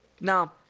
Now